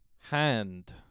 hand